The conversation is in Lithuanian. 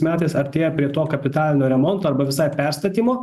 metais artėja prie to kapitalinio remonto arba visai perstatymo